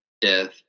death